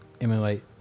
Emulate